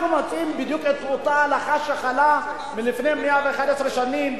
אנחנו מציעים בדיוק שאותה הלכה שחלה לפני 111 שנה,